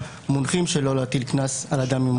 מונחים שלא להטיל קנס על אדם עם מוגבלות.